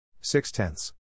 Six-tenths